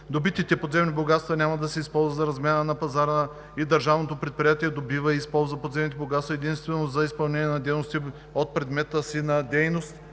добитите подземни богатства няма да се използват за размяна на пазара и държавното предприятие добива и използва подземните богатства единствено за изпълнение на дейностите от предмета си на дейност,